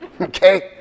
Okay